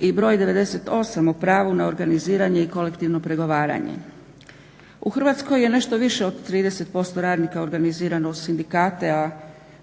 i broj 98 o pravu na organiziranje i kolektivno pregovaranje. U Hrvatskoj je nešto više od 30% radnika organizirano u sindikate, a